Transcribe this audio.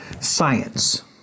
science